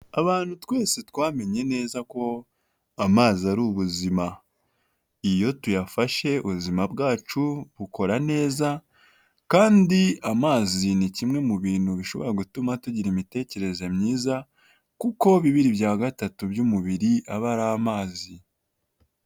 Abantu twese twamenye neza ko amazi ari ubuzima, iyo tuyafashe ubuzima bwacu bukora neza kandi amazi ni kimwe mu bintu bishobora gutuma tugira imitekerereze myiza, kuko bibiri bya gatatu by'umubiri aba ari amazi.